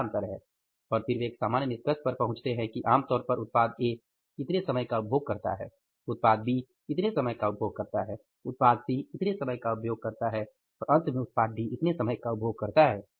क्या अंतर है और फिर वे एक सामान्य निष्कर्ष पर पहुँचते हैं कि आम तौर पर उत्पाद ए इतने समय का उपभोग करता है बी उत्पाद इतने समय का उपभोग करता है उत्पाद सी इतने समय का उपभोग करता है और उत्पाद डी इतने समय का उपभोग करता है